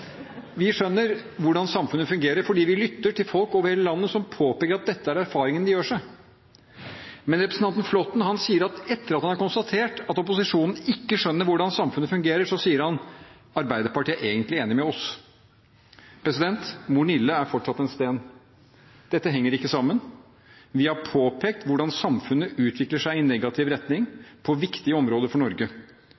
Vi skjønner hvordan samfunnet fungerer, fordi vi lytter til folk over hele landet som påpeker at dette er erfaringene de gjør seg. Etter at representanten Flåtten har konstatert at opposisjonen ikke skjønner hvordan samfunnet fungerer, sier han at Arbeiderpartiet egentlig er enig med dem. Mor Nille er fortsatt en sten. Dette henger ikke sammen. Vi har påpekt hvordan samfunnet utvikler seg i negativ retning